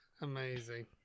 Amazing